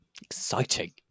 Exciting